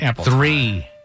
Three